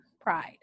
pride